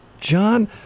John